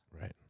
right